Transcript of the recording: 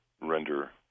render